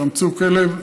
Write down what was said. תאמצו כלב.